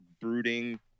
brooding